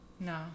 No